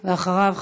ואחריו,